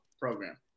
program